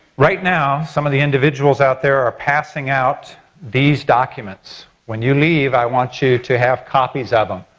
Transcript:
right now, some of the individuals out there are passing out these documents. when you leave, i want you to have copies of them.